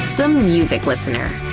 the music listener